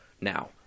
now